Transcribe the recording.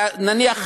נניח